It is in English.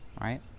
right